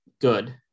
good